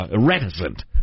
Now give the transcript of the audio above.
reticent